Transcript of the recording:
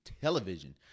television